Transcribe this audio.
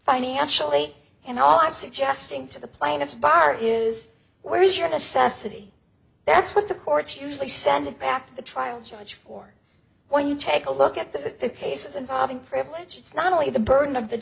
financially and all i'm suggesting to the plaintiff's bar is where is your necessity that's what the courts usually send it back to the trial judge for when you take a look at the cases involving privilege it's not only the burden of the